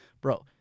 bro